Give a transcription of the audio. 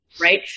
right